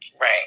Right